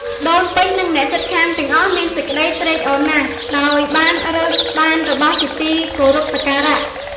ដូនពេញ និងអ្នកជិតខាងទាំងអស់មានសេចក្តីត្រេកអរណាស់ ដោយបានរើសបានរបស់ជាទីគោរពសក្ការៈ។